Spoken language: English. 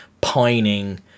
pining